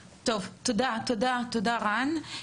תודה, רן.